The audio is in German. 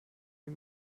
ihm